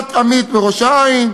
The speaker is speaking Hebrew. שולבו בישיבת אמי"ת בראש-העין,